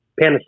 Panasonic